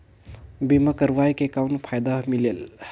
बीमा करवाय के कौन फाइदा मिलेल?